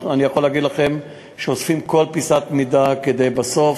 אני יכול להגיד לכם שאוספים כל פיסת מידע כדי שבסוף,